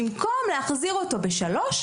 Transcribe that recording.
במקום להחזיר אותו בשעה שלוש,